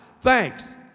Thanks